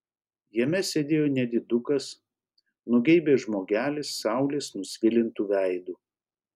jame sėdėjo nedidukas nugeibęs žmogelis saulės nusvilintu veidu